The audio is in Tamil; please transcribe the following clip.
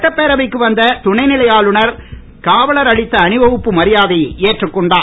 சட்டப்பேரவைக்கு வந்த துணைநிலை ஆளுநர் காவலர் அளித்த அணி வகுப்பு மரியாதையை ஏற்றுக்கொண்டார்